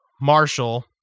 Marshall